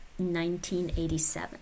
1987